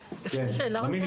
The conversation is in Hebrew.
שנה.